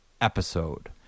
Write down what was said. episode